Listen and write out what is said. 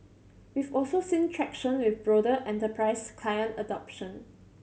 we've also seen traction with broader enterprise client adoption